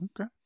Okay